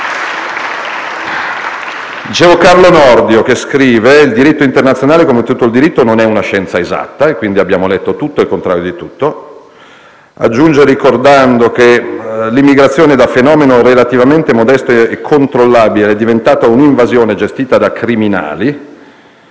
FdI).* Carlo Nordio, come dicevo, scrive: «Il diritto internazionale, come tutto il diritto, non è una scienza esatta», quindi abbiamo letto tutto e il contrario di tutto. Aggiunge che «l'emigrazione, da fenomeno relativamente modesto e controllabile, è diventata un'invasione, gestita da criminali»,